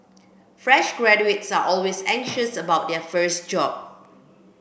fresh graduates are always anxious about their first job